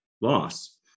loss